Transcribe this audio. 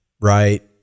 Right